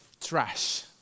trash